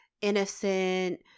innocent